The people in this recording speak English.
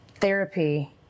therapy